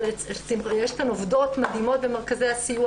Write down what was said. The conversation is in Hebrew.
אבל יש לנו עובדות מדהימות במרכזי הסיוע